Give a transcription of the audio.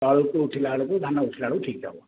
ତଳକୁ ଉଠିଲା ବେଳକୁ ଧାନ ଉଠିଲା ବେଳକୁ ଠିକ୍ ହେବ